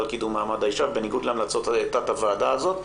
לקידום מעמד האישה ובניגוד להמלצות תת הוועדה הזאת,